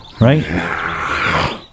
right